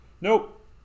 Nope